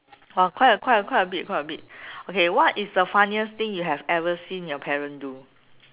uh quite a quite a quite a bit quite a bit okay what was the funniest thing you have ever seen your parent do